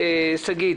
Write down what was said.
שגית,